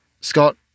Scott